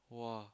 !wah!